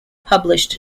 published